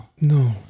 No